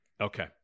Okay